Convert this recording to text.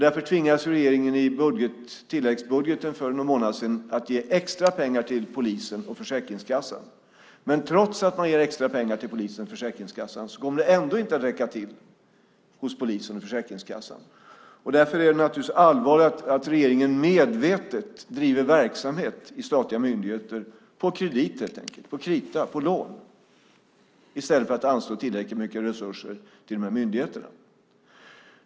Därför tvingades regeringen i tilläggsbudgeten för någon månad sedan att ge extra pengar till polisen och Försäkringskassan. Men trots att man ger extra pengar till polisen och Försäkringskassan kommer det ändå inte att räcka. Därför är det naturligtvis allvarligt att regeringen medvetet driver verksamhet i statliga myndigheter på kredit helt enkelt - på krita, på lån - i stället för att anslå tillräckligt mycket resurser till dessa myndigheter.